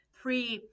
three